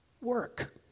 work